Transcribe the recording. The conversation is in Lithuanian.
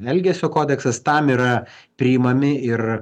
elgesio kodeksas tam yra priimami ir